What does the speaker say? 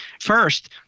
First